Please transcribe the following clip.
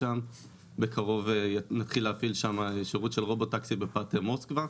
ובקרוב נתחיל להפעיל שם שירות של "רובוטקסי" בפאתי מוסקבה.